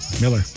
Miller